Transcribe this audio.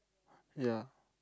ya